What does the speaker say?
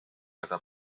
aga